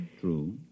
true